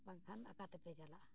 ᱵᱟᱝᱠᱷᱟᱱ ᱚᱠᱟ ᱛᱮᱯᱮ ᱪᱟᱞᱟᱜᱼᱟ